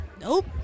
nope